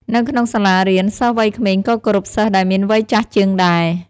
នៅក្នុងសាលារៀន សិស្សវ័យក្មេងក៏គោរពសិស្សដែលមានវ័យចាស់ជាងដែរ។